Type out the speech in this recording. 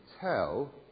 tell